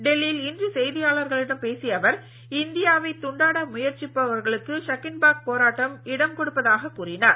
டெல்லியில் இன்று செய்தியாளர்களிடம் பேசிய அவர் இந்தியாவை துண்டாட முயற்சிப்பவர்களுக்கு ஷகின்பாக் போராட்டம் இடம் கொடுப்பதாக கூறினார்